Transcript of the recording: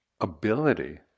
ability